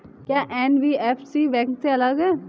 क्या NBFC bank से अलग है?